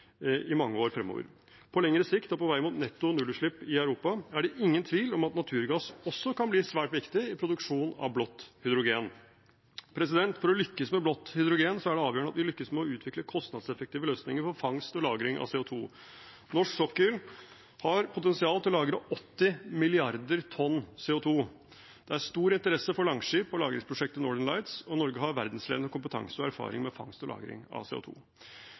i mange år fremover. På lengre sikt og på vei mot netto nullutslipp i Europa er det ingen tvil om at naturgass også kan bli svært viktig i produksjonen av blått hydrogen. For å lykkes med blått hydrogen er det avgjørende at vi lykkes med å utvikle kostnadseffektive løsninger for fangst og lagring av CO 2 . Norsk sokkel har potensial til å lagre 80 mrd. tonn CO 2 . Det er stor interesse for Langskip og lagringsprosjektet Northern Lights, og Norge har verdensledende kompetanse og erfaring med fangst og lagring